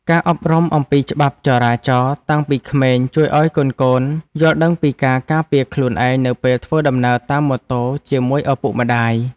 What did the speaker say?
ការអប់រំអំពីច្បាប់ចរាចរណ៍តាំងពីក្មេងជួយឱ្យកូនៗយល់ដឹងពីការការពារខ្លួនឯងនៅពេលធ្វើដំណើរតាមម៉ូតូជាមួយឪពុកម្តាយ។